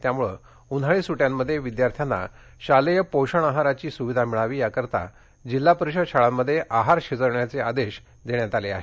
त्यामुळे उन्हाळी सुट्टयांमध्ये विद्यार्थ्यांना शालेय पोषण आहाराची सुविधा मिळावी यासाठी जिल्हा परिषद शाळांमध्ये आहार शिजवण्याचे आदेश देण्यात आले आहेत